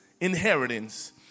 inheritance